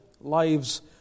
Lives